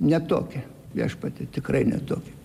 ne tokią viešpatie tikrai ne tokią